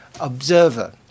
observer